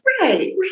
right